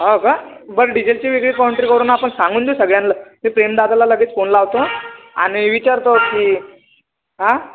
हो का बरं डिझेलची वेगळी कॉन्ट्री करू ना आपण सांगून दे सगळ्यांला मी प्रेमदादाला लगेच फोन लावतो आणि विचारतो की हा